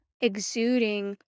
exuding